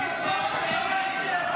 חנוך דב מלביצקי (הליכוד):